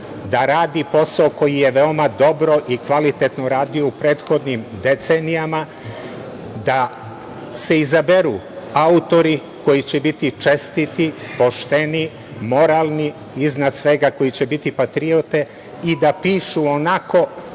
da radi posao koji je veoma dobro i kvalitetno radio u prethodnim decenijama, da se izaberu autori koji će biti čestiti, pošteni, moralni, iznad svega koji će biti patriote i da piše onako